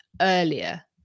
earlier